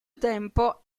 tempo